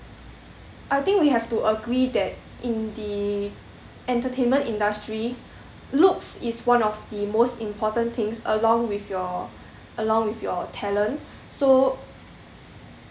I think we have to agree that in the entertainment industry looks is one of the most important things along with your along with your talent so